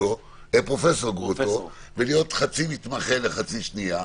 פרופ' גרוטו ולהיות חצי מתמחה לחצי שנייה,